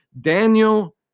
Daniel